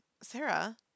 Sarah